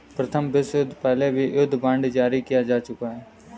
प्रथम विश्वयुद्ध के पहले भी युद्ध बांड जारी किए जा चुके हैं